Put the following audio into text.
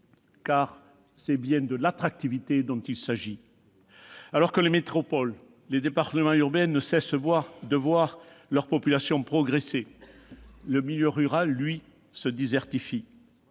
Car c'est bien de l'attractivité qu'il s'agit. Alors que les métropoles et les départements urbains ne cessent de voir leur population progresser, le milieu rural, lui, se désertifie.